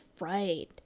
right